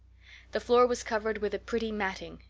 the floor was covered with a pretty matting,